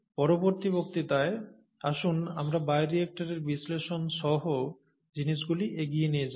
পরবর্তী বক্তৃতায় আসুন আমরা বায়োরিয়্যাক্টরের বিশ্লেষনসহ জিনিসগুলি এগিয়ে নিয়ে যাই